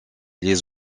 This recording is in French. les